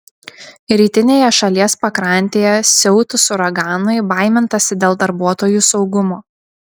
rytinėje šalies pakrantėje siautus uraganui baimintasi dėl darbuotojų saugumo